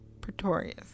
Pretorius